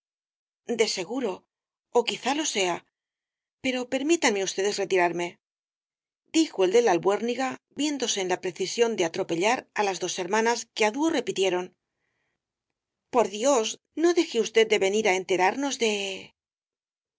de seguro ó quizá que lo sea pero permítanme ustedes retirarme dijo el de la albuérniga viéndose en la precisión de atrepellar á las dos hermanas que á dúo repitieron por dios no deje usted de venir á enterarnos de el